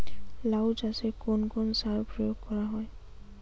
লাউ চাষে কোন কোন সার প্রয়োগ করা হয়?